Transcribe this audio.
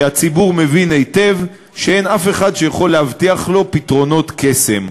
והציבור מבין היטב שאין אף אחד שיכול להבטיח לו פתרונות קסם,